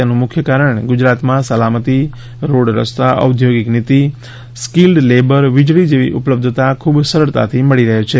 તેનું મુખ્ય કારણ ગુજરાતમાં સલામતી રોડ રસ્તા ઔદ્યોગિક નીતિ સ્કીલ્ડ લેબર વીજળી જેવી ઉપલબ્ધતા ખૂબ સરળતાથી મળી રહે છે